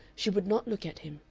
she would not look at him,